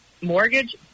Mortgage